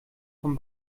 von